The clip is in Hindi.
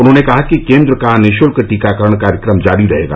उन्होंने कहा कि केन्द्र का निशुल्क टीकाकरण कार्यक्रम जारी रहेगा